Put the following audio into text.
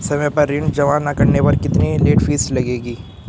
समय पर ऋण जमा न करने पर कितनी लेट फीस लगेगी?